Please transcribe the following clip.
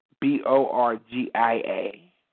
B-O-R-G-I-A